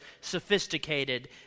sophisticated